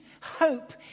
hope